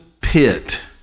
pit